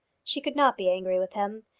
she could not be angry with him.